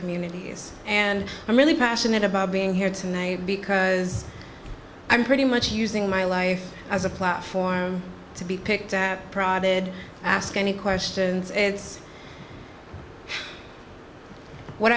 communities and i'm really passionate about being here tonight because i'm pretty much using my life as a platform to be picked and prodded ask any questions it's what